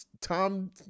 Tom